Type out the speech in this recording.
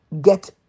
get